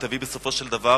ותביא בסופו של דבר